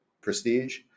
prestige